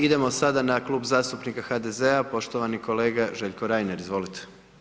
Idemo sada na Klub zastupnika HDZ-a, poštovani kolega Željko Reiner, izvolite.